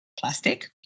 plastic